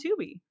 Tubi